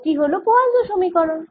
এটি হল পোয়াসোঁ সমীকরণ